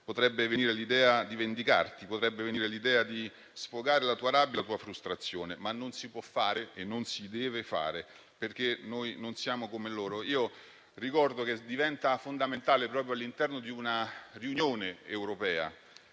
potrebbe venire l'idea di vendicarsi; potrebbe venire l'idea di sfogare la rabbia e la frustrazione, ma non si può fare e non si deve fare, perché noi non siamo come loro. Diventa fondamentale, proprio all'interno di una riunione europea,